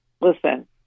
listen